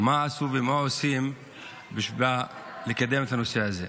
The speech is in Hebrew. מה עשינו ומה אנחנו עושים לקדם את הנושא הזה.